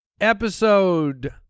episode